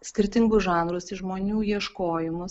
skirtingus žanrus į žmonių ieškojimus